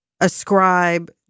ascribe